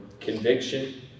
conviction